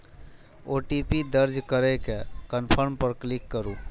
OTP दर्ज करै के कंफर्म पर क्लिक करू